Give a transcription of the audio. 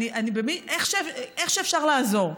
איך שאפשר לעזור.